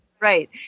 Right